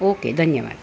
okay धन्यवाद